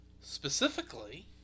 Specifically